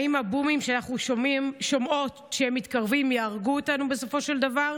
האם הבומים שאנחנו שומעות שמתקרבים יהרגו אותנו בסופו של דבר?